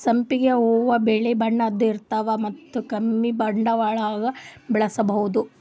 ಸಂಪಿಗ್ ಹೂವಾ ಬಿಳಿ ಬಣ್ಣದ್ ಇರ್ತವ್ ಮತ್ತ್ ಕಮ್ಮಿ ಬಂಡವಾಳ್ದಾಗ್ ಬೆಳಸಬಹುದ್